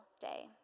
day